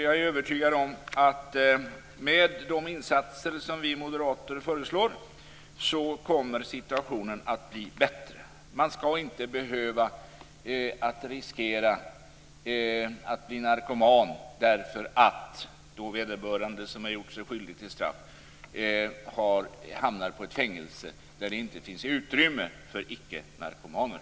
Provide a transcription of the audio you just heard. Jag är övertygad om att med de insatser som vi moderater föreslår kommer situationen att bli bättre. Man skall inte behöva riskera att bli narkoman om man har gjort sig straffskyldig och hamnar på ett fängelse där det inte finns utrymme för icke-narkomaner.